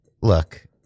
Look